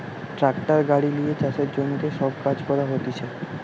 tractor গাড়ি লিয়ে চাষের জমিতে সব কাজ করা হতিছে